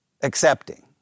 accepting